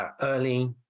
early